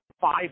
five